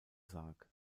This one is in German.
sarg